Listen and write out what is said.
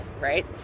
right